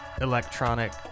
electronic